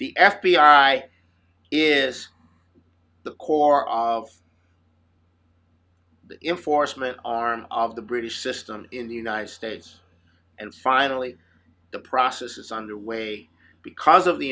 the f b i is the core of the inforce myth arm of the british system in the united states and finally the process is under way because of the